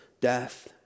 death